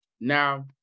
Now